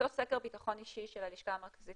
באותו סקר ביטחון אישי של הלשכה המרכזית